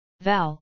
Val